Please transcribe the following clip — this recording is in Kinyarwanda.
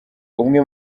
umwe